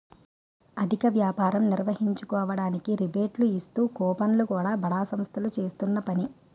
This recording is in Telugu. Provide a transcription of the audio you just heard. అధిక వ్యాపారం నిర్వహించుకోవడానికి రిబేట్లు ఇస్తూ కూపన్లు ను బడా సంస్థలు చేస్తున్న పని